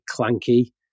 clanky